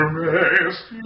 rest